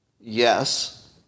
yes